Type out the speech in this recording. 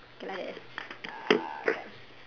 okay like that ah cramp